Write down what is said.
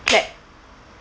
clap